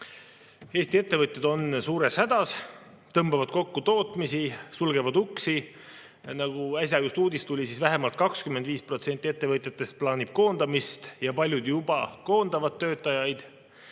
Eesti ettevõtjad on suures hädas, nad tõmbavad kokku tootmist, sulgevad uksi. Nagu äsja just uudis tuli, vähemalt 25% ettevõtjatest plaanib koondamist ja paljud juba koondavad töötajaid.